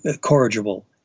corrigible